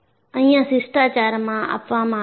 અહિયાં શિષ્ટાચાર આપવામાં આવે છે